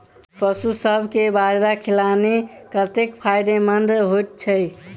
पशुसभ केँ बाजरा खिलानै कतेक फायदेमंद होइ छै?